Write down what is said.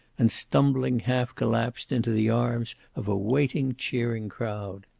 and stumbling, half collapsed, into the arms of a waiting, cheering crowd.